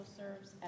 serves